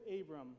Abram